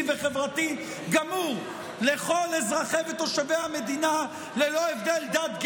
וחברתי גמור לכל אזרחי ותושבי המדינה ללא הבדל דת,